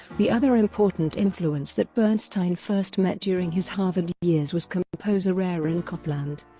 the other important influence that bernstein first met during his harvard years was composer aaron copland,